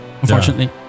unfortunately